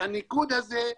הניגוד הזה,